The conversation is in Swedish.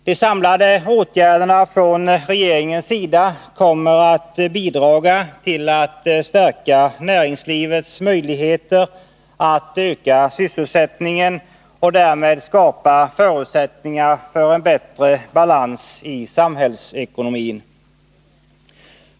De samlade åtgärderna från regeringens sida kommer att bidraga till att stärka näringslivets möjligheter att öka sysselsättningen och därmed skapa förutsättningar för en bättre balans i samhällsekonomin.